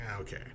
okay